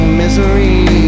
misery